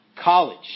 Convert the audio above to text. college